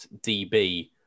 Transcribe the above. DB